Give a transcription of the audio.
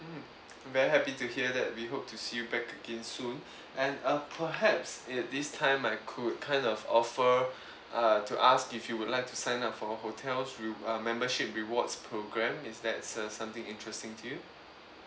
mm I'm very happy to hear that we hope to see back again soon and uh perhaps if this time I could kind of offer uh to ask if you would like to sign up for our hotel's rew~ uh membership rewards programme is that a something interesting to you